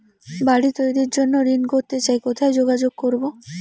বাড়ি তৈরির জন্য ঋণ করতে চাই কোথায় যোগাযোগ করবো?